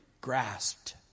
grasped